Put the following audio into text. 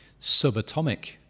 subatomic